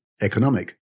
economic